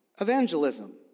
evangelism